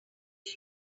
did